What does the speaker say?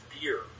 beer